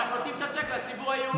אנחנו נותנים את הצ'ק לציבור היהודי.